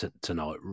tonight